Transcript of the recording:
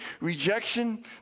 rejection